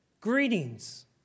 Greetings